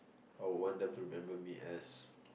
I would want them to remember as